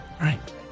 right